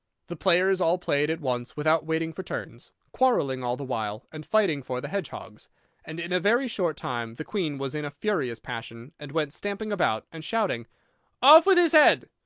the players all played at once without waiting for turns, quarrelling all the while, and fighting for the hedgehogs and in a very short time the queen was in a furious passion, and went stamping about, and shouting off with his head!